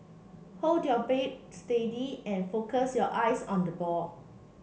hold your bat steady and focus your eyes on the ball